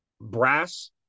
brass